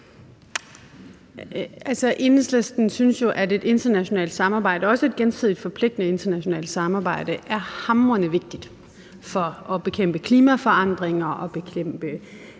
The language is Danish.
Enhedslisten synes jo, at et internationalt samarbejde, også et gensidigt forpligtende internationalt samarbejde, er hamrende vigtigt for at bekæmpe klimaforandringer og